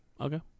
okay